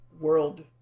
world